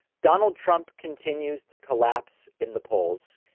donald trump continues to collapse in the polls,